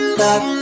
love